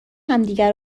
همدیگه